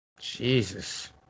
Jesus